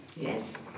Yes